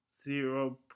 zero